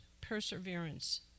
perseverance